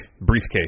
briefcase